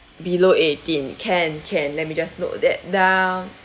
below eighteen can can let me just note that down